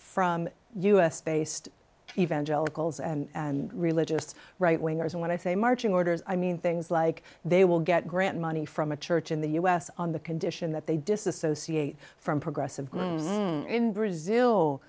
from us based evangelicals and religious right wingers and when i say marching orders i mean things like they will get grant money from a church in the u s on the condition that they disassociate from progressive in brazil